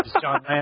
John